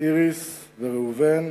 איריס וראובן,